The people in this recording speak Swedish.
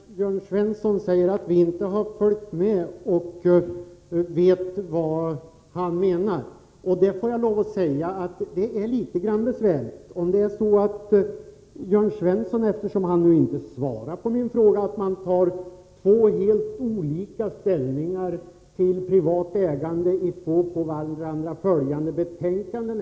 Fru talman! Jörn Svensson säger att vi inte har följt med och inte vet vad han menar. Jag får lov att säga att det är litet besvärligt. Jörn Svensson svarade inte på min fråga varför vpk har helt olika inställning till privat ägande i två på dagens föredragningslista på varandra följande betänkanden.